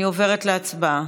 אני עוברת להצבעה.